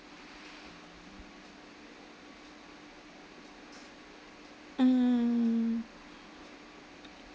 mm